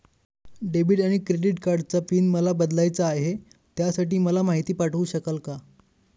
Debit आणि credit कार्डचा pin मला बदलायचा आहे, त्यासाठी मला माहिती पाठवू शकाल का?